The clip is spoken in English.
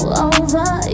over